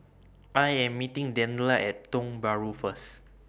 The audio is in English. I Am meeting Daniela At Tiong Bahru First